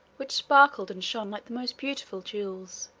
which sparkled and shone like the most beautiful jewels.